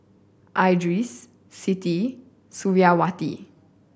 Idris Siti Suriawati